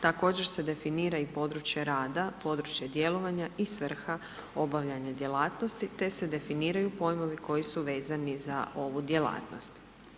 Također se definira i područje rada, područje djelovanja i svrha obavljanja djelatnosti te se definiraju pojmovi koji su vezani za ovu djelatnost.